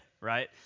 right